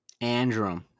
Andrew